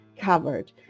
covered